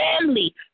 family